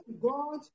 God